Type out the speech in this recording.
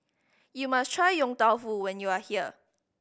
you must try Yong Tau Foo when you are here